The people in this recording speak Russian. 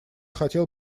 хотел